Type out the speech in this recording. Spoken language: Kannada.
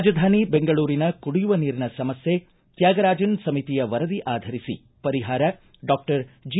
ರಾಜಧಾನಿ ಬೆಂಗಳೂರಿನ ಕುಡಿಯುವ ನೀರಿನ ಸಮಸ್ಯೆ ತ್ಯಾಗರಾಜನ್ ಸಮಿತಿಯ ವರದಿ ಆಧರಿಸಿ ಪರಿಹಾರ ಡಾಕ್ಟರ್ ಜಿ